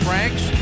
Franks